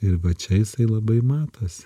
ir va čia jisai labai matosi